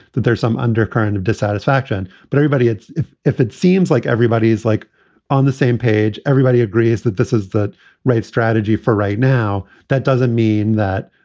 that there's some undercurrent of dissatisfaction. but everybody, if if it seems like everybody is like on the same page, everybody agrees that this is the right strategy for right now. that doesn't. mean that,